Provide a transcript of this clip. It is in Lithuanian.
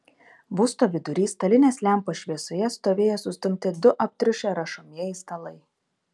būsto vidury stalinės lempos šviesoje stovėjo sustumti du aptriušę rašomieji stalai